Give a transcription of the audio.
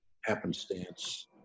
happenstance